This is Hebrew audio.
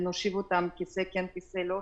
כיסא כן כיסא לא,